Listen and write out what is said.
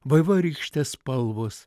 vaivorykštės spalvos